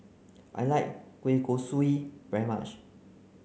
I like Kueh Kosui very much